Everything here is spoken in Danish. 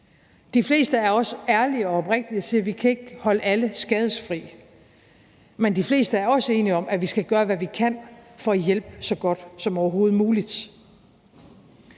De fleste er også ærlige og oprigtige og siger: Vi kan ikke holde alle skadefri. Men de fleste er også enige om, at vi skal gøre, hvad vi kan, for at hjælpe så godt som overhovedet muligt.